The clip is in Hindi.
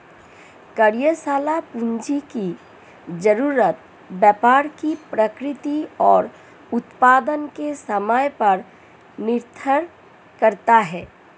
कार्यशाला पूंजी की जरूरत व्यापार की प्रकृति और उत्पादन के समय पर निर्भर करता है